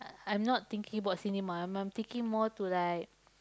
I'm not thinking about cinema I'm I'm thinking more to like